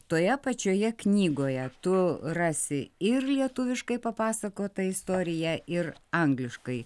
toje pačioje knygoje tu rasi ir lietuviškai papasakotą istoriją ir angliškai